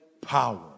power